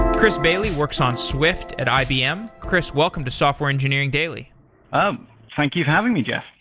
chris bailey works on swift at ibm. chris, welcome to software engineering daily um thank you for having me, jeff.